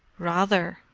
rather!